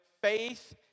faith